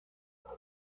uno